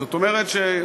זאת אומרת,